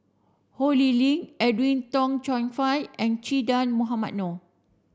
Ho Lee Ling Edwin Tong Chun Fai and Che Dah Mohamed Noor